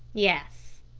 yes.